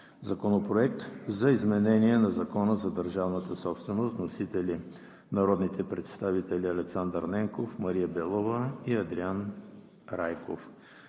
Законопроект за изменение на Закона за държавната собственост. Вносители – народните представители Александър Ненков, Мария Белова и Андриан Райков.